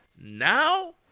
Now